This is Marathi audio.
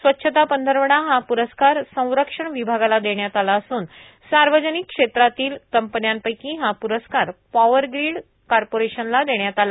स्वच्छता पंधरवडा हा पुरस्कार संरक्षण विभागाला देण्यात आला असून सार्वजनिक श्रेत्रातील कंपन्यांपैकी हा प्रस्कार पॉवरग्रीड कॉर्पोरेशनला देण्यात आला